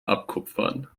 abkupfern